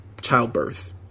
childbirth